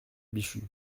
bichu